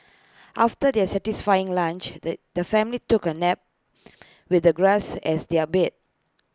after their satisfying lunch the the family took A nap with the grass as their bed